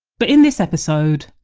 but in this episode,